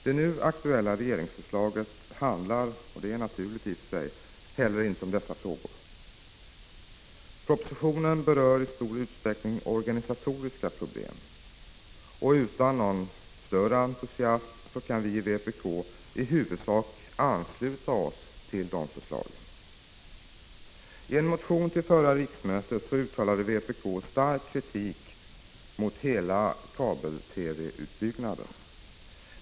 Det nu aktuella regeringsförslaget handlar — och det är i och för sig naturligt — inte heller om dessa frågor. Propositionen berör i stor utsträckning organisatoriska problem. Utan någon större entusiasm kan vi i vpk i huvudsak ansluta oss till förslagen. I en motion till förra riksmötet uttalade vpk stark kritik mot hela kabel-TV-utbyggnaden.